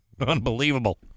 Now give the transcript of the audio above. Unbelievable